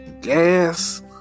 gas